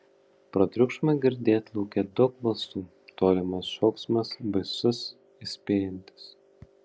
pro triukšmą girdėt lauke daug balsų tolimas šauksmas baisus įspėjantis